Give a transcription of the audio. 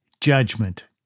judgment